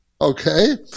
okay